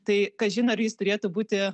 tai kažin ar jis turėtų būti